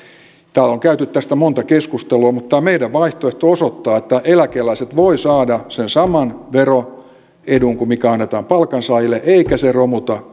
täällä on käyty tästä monta keskustelua mutta tämä meidän vaihtoehtomme osoittaa että eläkeläiset voivat saada sen saman veroedun kuin mikä annetaan palkansaajille eikä se romuta